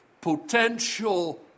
potential